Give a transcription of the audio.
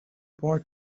boy